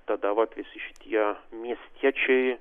tada vat visi šitie miestiečiai